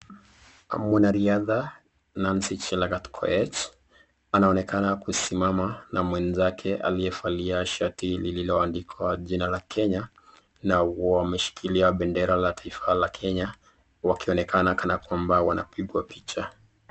Mwanariadha Nancy Chelangat Koech, anaonekana kusimama na mwenzake ambaye amevalia shati lililoandikwa jina la Kenya na wameshikilia bendera la taifa la Kenya wakionekana kana kwamba wanapiga picha.